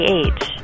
age